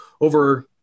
over